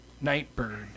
Nightbird